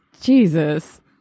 jesus